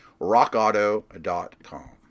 rockauto.com